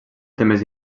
temes